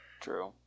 True